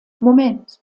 moment